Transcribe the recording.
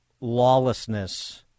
lawlessness